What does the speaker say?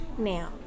Now